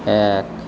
এক